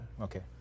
okay